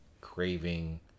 craving